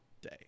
day